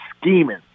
scheming